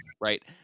right